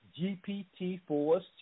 GPT-4